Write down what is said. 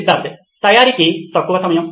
సిద్ధార్థ్ తయారీకి తక్కువ సమయం